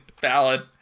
valid